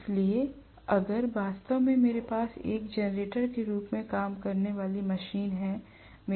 इसलिए अगर वास्तव में मेरे पास एक जनरेटर के रूप में काम करने वाली मशीन है